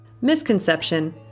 Misconception